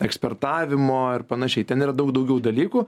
ekspertavimo ir panašiai ten yra daug daugiau dalykų